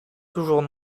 toujours